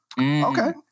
Okay